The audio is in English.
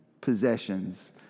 possessions